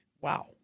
Wow